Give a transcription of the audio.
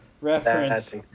reference